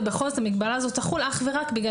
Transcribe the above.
ובכל זאת המגבלה הזאת תחול אך ורק בגלל